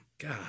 God